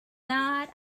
night